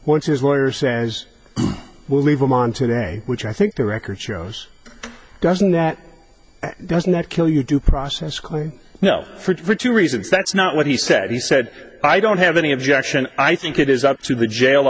what his lawyer says we'll leave him on today which i think the record shows doesn't that does not kill you due process claim no for two reasons that's not what he said he said i don't have any objection i think it is up to the jail